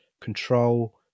control